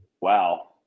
wow